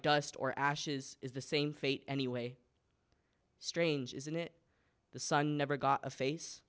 dust or ashes is the same fate anyway strange isn't it the sun never got a